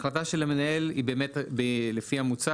החלטה של המנהל היא באמת לפי המוצע,